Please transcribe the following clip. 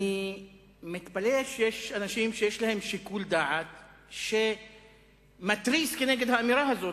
אני מתפלא שיש אנשים שיש להם שיקול דעת שמתריס כנגד האמירה הזאת.